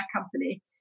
company